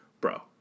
Bro